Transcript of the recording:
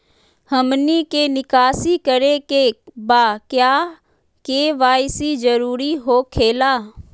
हमनी के निकासी करे के बा क्या के.वाई.सी जरूरी हो खेला?